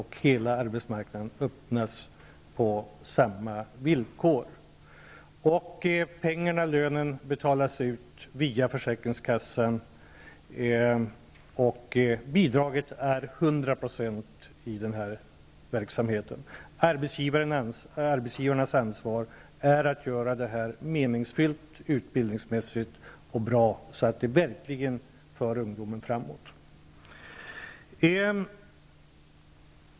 Hela arbetsmarknaden öppnas på samma villkor. Pengarna -- lönen -- betalas ut via försäkringskassan, och bidraget är 100 % i den här verksamheten. Arbetsgivarnas ansvar är att göra det här utbildningsmässigt meningsfullt och bra, så att det verkligen för ungdomen framåt.